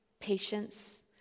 patience